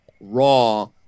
Raw